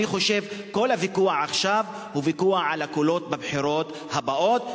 אני חושב שכל הוויכוח עכשיו הוא ויכוח על הקולות בבחירות הבאות.